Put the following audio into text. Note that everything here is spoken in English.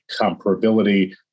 comparability